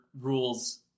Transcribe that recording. rules